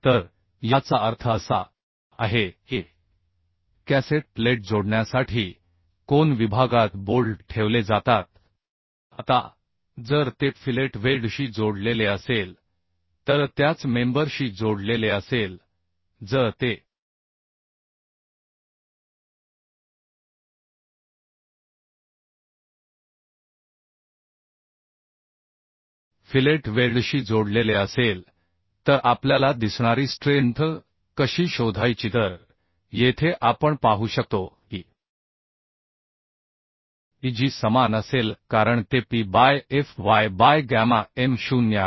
तर याचा अर्थ असा आहे की कॅसेट प्लेट जोडण्यासाठी कोन विभागात बोल्ट ठेवले जातात आता जर ते फिलेट वेल्डशी जोडलेले असेल तर त्याच मेंबर शी जोडलेले असेल जर ते फिलेट वेल्डशी जोडलेले असेल तर आपल्याला दिसणारी स्ट्रेंथ कशी शोधायची तर येथे आपण पाहू शकतो की AG समान असेल कारण ते P by Fy by gamma m 0 आहे